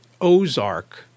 Ozark